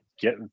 Get